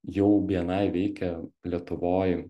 jau bni veikia lietuvoj